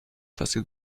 fácil